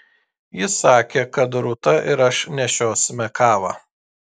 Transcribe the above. jis sakė kad rūta ir aš nešiosime kavą